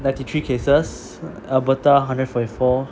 ninety three cases alberta hundred and forty four